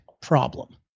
problem